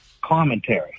commentary